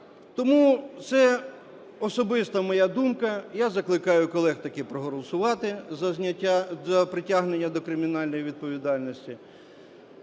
Тому це особиста моя думка. Я закликаю колег таки проголосувати за зняття, за притягнення до кримінальної відповідальності.